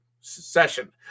session